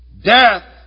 Death